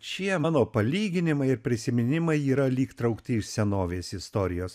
šie mano palyginimai ir prisiminimai yra lyg traukti iš senovės istorijos